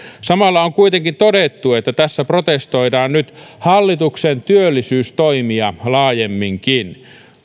samalla on kuitenkin todettu että tässä protestoidaan nyt hallituksen työllisyystoimia laajemminkin